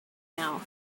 now